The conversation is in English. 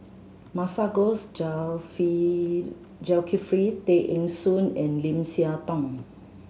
Masagos Zulkifli Tay Eng Soon and Lim Siah Tong